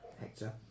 Hector